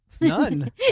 None